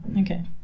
Okay